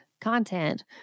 content